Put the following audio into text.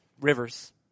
Rivers